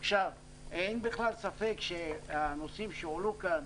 אין בכלל ספק שהנושאים שהועלו כאן,